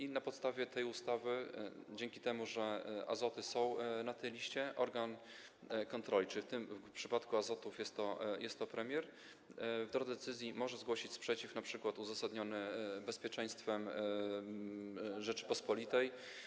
I na podstawie tej ustawy, dzięki temu, że Azoty są na tej liście, organ kontrolny, w przypadku Azotów jest to premier, w drodze decyzji może zgłosić sprzeciw, np. uzasadniony bezpieczeństwem Rzeczypospolitej.